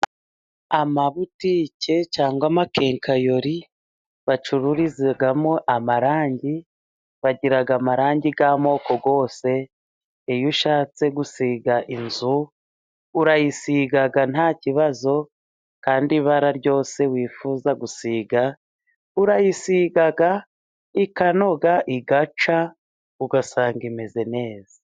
Amabutike cyangwa amakenkayori bacururizamo amarangi, bagira amarangi y'amoko yose, iyo ushatse gusiga inzu, urayisiga nta kibazo kandi ibara ryose wifuza gusiga, urayisiga ikanoga igacya ugasanga imeze neza.